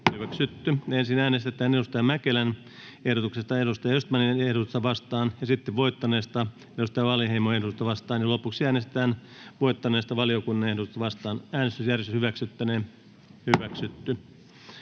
kannanoton. Ensin äänestetään Jani Mäkelän ehdotuksesta Peter Östmanin ehdotusta vastaan, sitten voittaneesta Sinuhe Wallinheimon ehdotusta vastaan, ja lopuksi äänestetään voittaneesta valiokunnan ehdotusta vastaan. Toiseen käsittelyyn